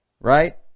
Right